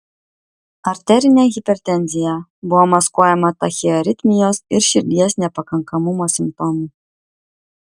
arterinė hipertenzija buvo maskuojama tachiaritmijos ir širdies nepakankamumo simptomų